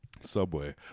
Subway